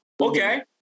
Okay